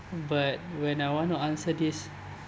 but when I want to answer this